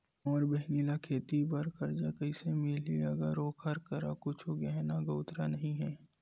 मोर बहिनी ला खेती बार कर्जा कइसे मिलहि, अगर ओकर करा कुछु गहना गउतरा नइ हे?